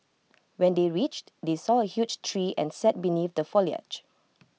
when they reached they saw A huge tree and sat beneath the foliage